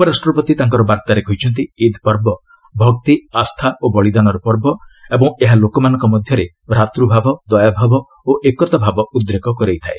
ଉପରାଷ୍ଟ୍ରପତି ତାଙ୍କ ବାର୍ଭାରେ କହିଛନ୍ତି ଇଦ୍ ପର୍ବ ଭକ୍ତି ଆସ୍ଥା ଓ ବଳିଦାନର ପର୍ବ ଏବଂ ଏହା ଲୋକମାନଙ୍କ ମଧ୍ୟରେ ଭ୍ରାତୃଭାବ ଦୟାଭାବ ଓ ଏକତାଭାବ ଉଦ୍ରେକ କରାଇଥାଏ